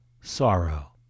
Sorrow